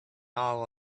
all